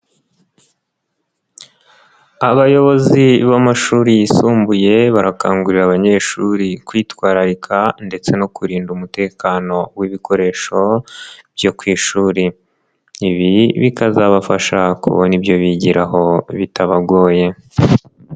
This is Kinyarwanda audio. Abayobozi b'amashuri yisumbuye barakangurira abanyeshuri kwitwararika ndetse no kurinda umutekano w'ibikoresho byo ku ishuri. Ibi bikazabafasha kubona ibyo bigiraho bitabagoye.